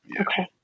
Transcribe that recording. Okay